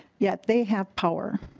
yet they have power.